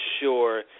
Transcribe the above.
sure